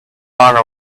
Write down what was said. honor